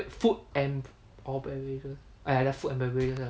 food and bev~ orh beverages !aiya! just food and beverages lah